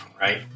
right